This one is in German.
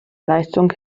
leistung